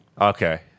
Okay